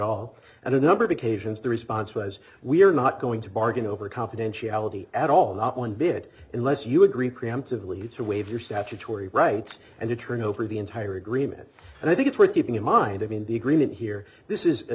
all and a number of occasions the response was we are not going to bargain over confidentiality at all not one bit unless you agree preemptively to waive your statutory rights and to turn over the entire agreement and i think it's worth keeping in mind i mean the agreement here this is a